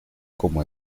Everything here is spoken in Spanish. como